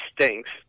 stinks